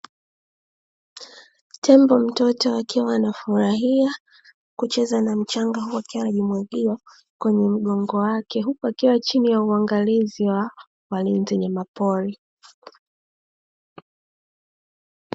Tembo mtoto akiwa anafurahia kucheza na mchanga akiwa anajimwagia kwenye mgongo wake, huku akiwa chini ya uangalizi wa walinzi wenye mapori.